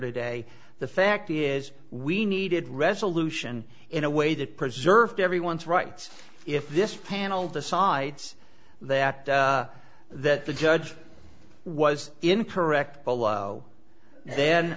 today the fact is we needed resolution in a way that preserved everyone's rights if this panel decides that that the judge was incorrect below then